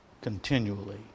Continually